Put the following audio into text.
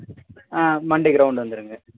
ஆ Monday ground வந்துடுங்க